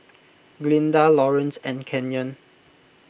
Glinda Laurance and Kenyon